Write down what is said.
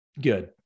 good